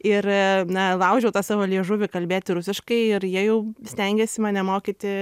ir na laužiau tą savo liežuvį kalbėti rusiškai ir jie jau stengėsi mane mokyti